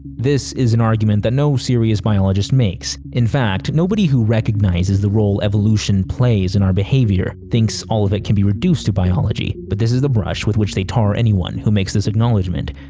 this is an argument that no serious biologist makes. in fact, nobody who recognizes the role evolution plays in our behavior thinks all of it can be reduced to biology, but this is the brush with which they tar anyone who makes this acknowledgement.